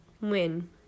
win